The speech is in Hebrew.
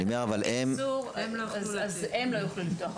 אם --- אז הם לא יוכלו לפתוח,